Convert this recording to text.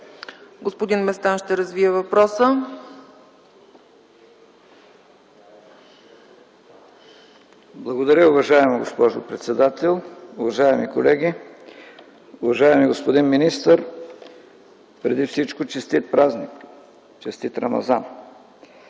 Господин Местан ще развие въпроса. ЛЮТВИ МЕСТАН (ДПС): Благодаря, уважаема госпожо председател. Уважаеми колеги! Уважаеми господин министър, преди всичко честит празник! Честит Рамазан!